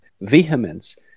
vehemence